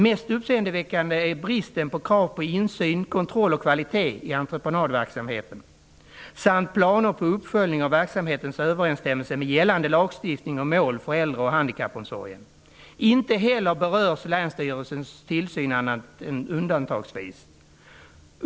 Mest uppseendeväckande är bristen på krav på insyn, kontroll och kvalitet i entreprenadverksamheten samt planer på uppföljning av verksamhetens överensstämmelse med gällande lagstiftning och mål för äldre och handikappomsorgen. Inte heller berörs länsstyrelsens tillsyn annat än undantagsvis.